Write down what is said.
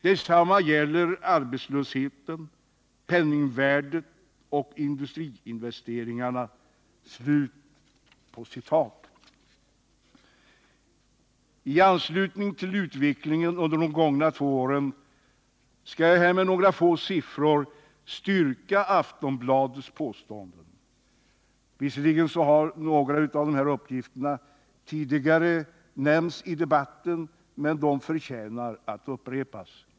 Detsamma gäller arbetslösheten, penningvärdet och industriinvesteringarna.” I anslutning till utvecklingen under de gångna två åren skall jag med några få siffror här styrka Aftonbladets påståenden. Visserligen har några av de här uppgifterna tidigare nämnts i debatten, men de förtjänar att upprepas.